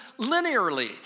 linearly